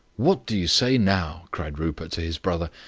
what do you say now? cried rupert to his brother.